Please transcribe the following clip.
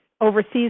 overseas